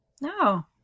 no